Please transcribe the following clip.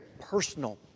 personal